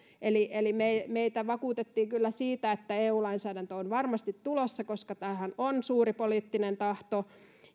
eli eli meitä vakuutettiin kyllä siitä että eu lainsäädäntö on varmasti tulossa koska tähän on suuri poliittinen tahto